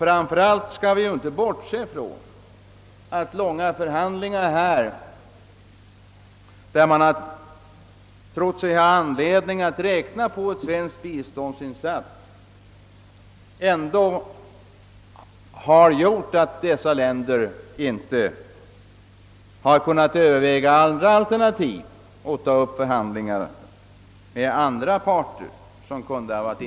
Framför allt skall vi inte bortse från att de långa förhandlingar om olika projekt, där man trott sig ha anledning räkna med en svensk biståndsinsats, har gjort att berörda länder inte har kunnat överväga andra alternativ och ta upp förhandlingar med andra intresserade parter.